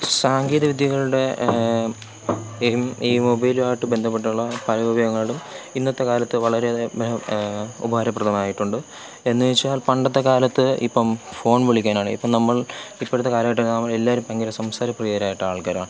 സാങ്കേതികവിദ്യകളുടെ ഈ ഈ മൊബൈലുമായിട്ട് ബന്ധപ്പെട്ടുള്ള പല ഉപയോഗങ്ങളും ഇന്നത്തെക്കാലത്ത് വളരെയധികം ഉപകാരപ്രദമായിട്ടുണ്ട് എന്നു വെച്ചാൽ പണ്ടത്തെക്കാലത്ത് ഇപ്പം ഫോൺ വിളിക്കാനാണെങ്കിൽ നമ്മൾ ഇപ്പോഴത്തെ കാലഘട്ടം നമ്മൾ എല്ലാവരും ഭയങ്കര സംസാര പ്രിയരായിട്ടുള്ള ആൾക്കാരാണ്